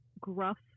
gruff